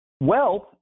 wealth